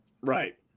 Right